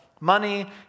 Money